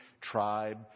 tribe